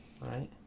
Right